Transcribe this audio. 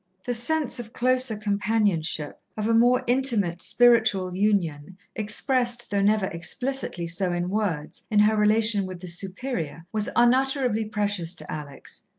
the sense of closer companionship of a more intimate spiritual union expressed, though never explicitly so in words, in her relation with the superior, was unutterably precious to alex.